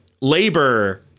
Labor